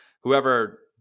whoever